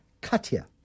Katya